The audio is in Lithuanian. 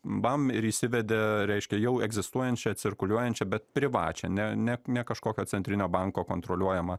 bam ir įsivedė reiškia jau egzistuojančią cirkuliuojančią bet privačią ne ne ne kažkokio centrinio banko kontroliuojamą